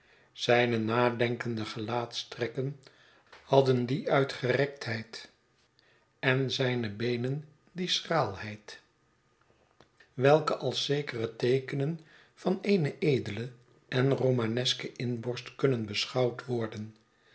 zijne nadenkende gelaatstrekken hadden die uitgerektheid en zijne beenen die schraalheid welke als zekere teekenen van eene edele en romaneske inborst kunnen beschouwd worden